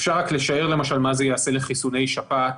אפשר רק לשער למשל מה זה יעשה לחיסוני שפעת,